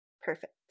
Perfect